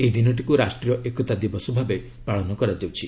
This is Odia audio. ଏହି ଦିନଟିକୁ ରାଷ୍ଟ୍ରୀୟ ଏକତା ଦିବସ ଭାବେ ପାଳନ କରାଯାଉଛି